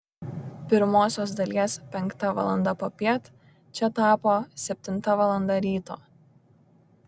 pirmosios dalies penkta valanda popiet čia tapo septinta valanda ryto